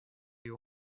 you